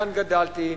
כאן גדלתי,